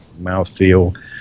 mouthfeel